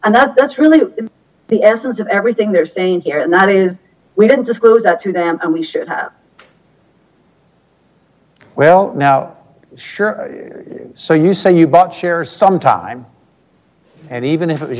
and that that's really the essence of everything they're saying here and that is we didn't disclose that to them and we should have well now sure so you say you bought shares some time and even if it was